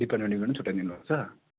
department department छुट्टाइदिनु हुन्छ